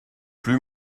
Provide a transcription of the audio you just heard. plus